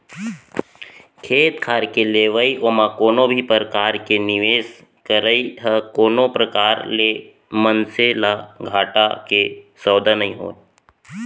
खेत खार के लेवई ओमा कोनो भी परकार के निवेस करई ह कोनो प्रकार ले मनसे ल घाटा के सौदा नइ होय